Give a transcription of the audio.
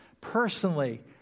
Personally